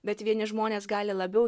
bet vieni žmonės gali labiau